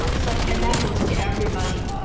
so and that goes to everybody.